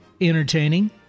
entertaining